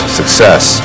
success